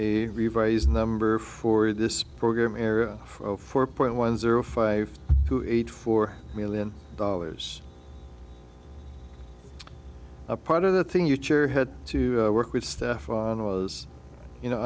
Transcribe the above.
a revised number for this program era for four point one zero five to eight four million dollars a part of the thing you chair had to work with stefan was you know